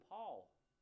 Paul—